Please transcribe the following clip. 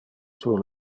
sur